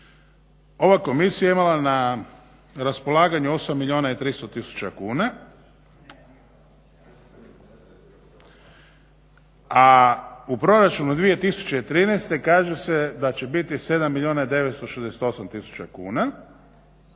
ova komisija je imala na raspolaganju 8 milijuna i 300 tisuća kuna, a u proračunu 2013. kaže se da će biti 7 milijuna i 968 tisuća kuna.